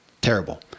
terrible